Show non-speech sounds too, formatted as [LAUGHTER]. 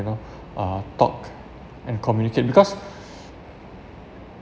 you know uh talk and communicate because [BREATH]